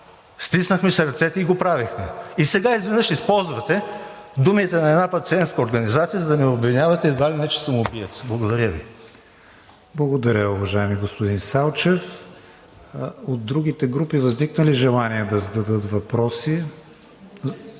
Стиснахме си ръцете и го правехме, и сега изведнъж използвате думите на една пациентска организация, за да ме обвинявате едва ли не, че съм убиец. Благодаря Ви. ПРЕДСЕДАТЕЛ КРИСТИАН ВИГЕНИН: Благодаря, уважаеми господин Салчев. От другите групи възникна ли желание да зададат въпроси?